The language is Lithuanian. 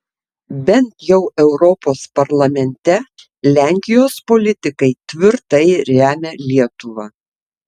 bent jau europos parlamente lenkijos politikai tvirtai remia lietuvą